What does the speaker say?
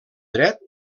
dret